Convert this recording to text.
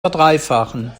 verdreifachen